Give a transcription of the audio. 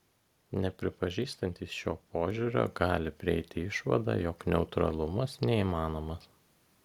nepripažįstantys šio požiūrio gali prieiti išvadą jog neutralumas neįmanomas